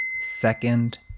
Second